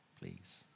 please